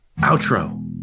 Outro